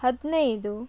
ಹದಿನೈದು